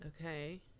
Okay